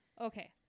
okay